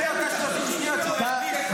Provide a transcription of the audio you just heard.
תן לי את ה-30 שניות כמחווה,